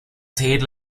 seguir